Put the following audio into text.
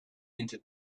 into